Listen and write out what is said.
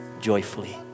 joyfully